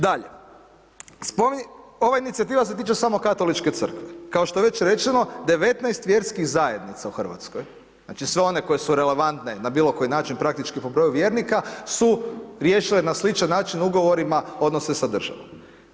Dakle, ova inicijativa se tiče samo Katoličke crkve kao što je već rečeno 19 vjerskih zajednica u Hrvatskoj, znači sve one koje su relevantne na bilo koji način praktički po broju vjernika su riješile na sličan način ugovorima odnose sa državama.